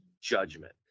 judgment